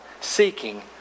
Seeking